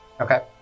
Okay